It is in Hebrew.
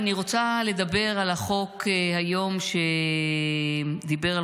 אני רוצה לדבר על החוק שדיבר היום,